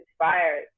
inspired